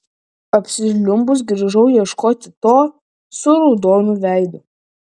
apsižliumbus grįžau ieškoti to su raudonu veidu